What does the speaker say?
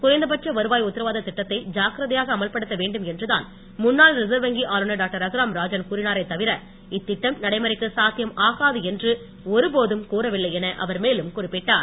குறைந்தபட்ச வருவாய் உத்தரவாத திட்டத்தை ஜாக்திரதையாக அமல்படுத்த வேண்டும் என்றுதான் முன்னாள் ரிசர்வ் வங்கி ஆளுநர் டாக்டர் ரகுராம் ராஜன் கூறினாரே தவிர இத்திட்டம் நடைமுறைக்கு சாத்தியம் ஆகாது என்று ஒரு போதும் கூறவில்லை என அவர் மேலும் குறிப்பிட்டார்